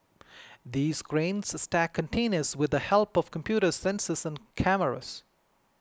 these cranes stack containers with the help of computers sensors and cameras